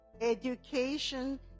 Education